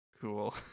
cool